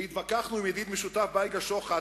והתווכחנו עם ידיד משותף, בייגה שוחט,